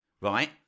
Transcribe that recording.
right